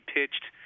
pitched –